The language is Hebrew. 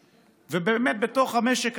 גם אם הם עבדו רק שעתיים.